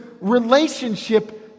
relationship